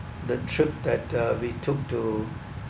the trip that the we took to